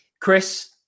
Chris